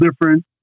different